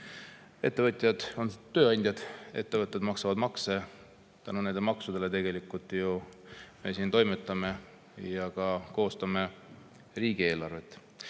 ettevõtjad on tööandjad, ettevõtted maksavad makse, tänu nende maksudele tegelikult me siin ju toimetame ja ka koostame riigieelarvet.